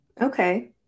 Okay